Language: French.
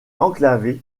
enclavée